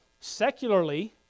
secularly